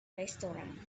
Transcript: restaurant